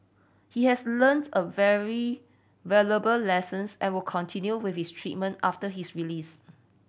he has learnts a very valuable lessons and will continue with his treatment after his release